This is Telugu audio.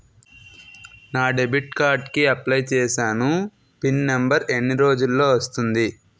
నా డెబిట్ కార్డ్ కి అప్లయ్ చూసాను పిన్ నంబర్ ఎన్ని రోజుల్లో వస్తుంది?